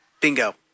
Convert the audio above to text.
Bingo